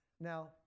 Now